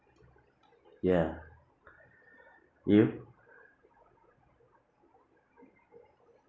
ya you